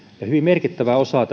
ja hyvin merkittävä osa